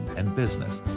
and business.